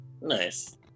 nice